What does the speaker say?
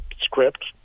script